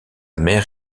mère